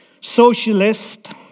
socialist